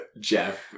Jeff